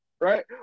right